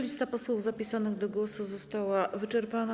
Lista posłów zapisanych do głosu została wyczerpana.